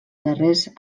darrers